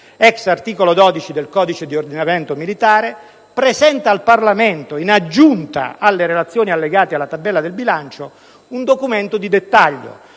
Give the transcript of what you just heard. *ex* articolo 12 del codice dell'ordinamento militare, presenta al Parlamento, in aggiunta alle relazioni allegate alla tabella del bilancio, un documento di dettaglio